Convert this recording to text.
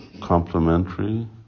complementary